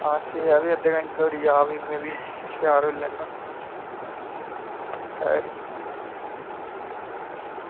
आं ठीक ऐ भी अद्धे घैंटे धोड़ी आ भी में बी त्यार होई लैन्ना खरी